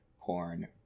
porn